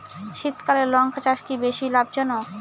শীতকালে লঙ্কা চাষ কি বেশী লাভজনক?